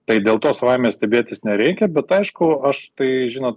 tai dėl to savaime stebėtis nereikia bet aišku aš tai žinot